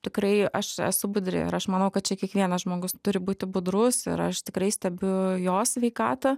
tikrai aš esu budri ir aš manau kad čia kiekvienas žmogus turi būti budrus ir aš tikrai stebiu jos sveikatą